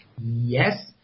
Yes